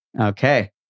Okay